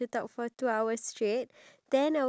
iya true